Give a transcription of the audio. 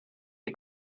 die